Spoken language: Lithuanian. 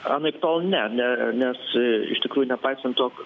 anaiptol ne ne nes iš tikrųjų nepaisant to